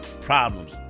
problems